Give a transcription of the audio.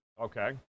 Okay